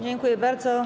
Dziękuję bardzo.